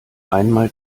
einmal